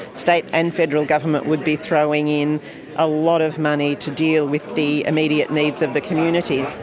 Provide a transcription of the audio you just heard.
state and federal government would be throwing in a lot of money to deal with the immediate needs of the community.